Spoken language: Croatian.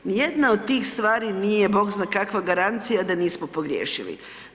Nijedna od tih stvari nije bog zna kakva garancija da nismo pogriješili.